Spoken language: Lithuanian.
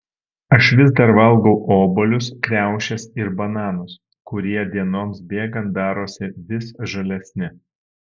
aš vis dar valgau obuolius kriaušes ir bananus kurie dienoms bėgant darosi vis žalesni